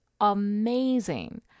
amazing